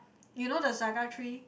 you know the saga tree